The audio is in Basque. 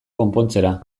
konpontzera